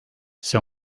see